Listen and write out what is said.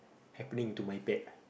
happening to my pet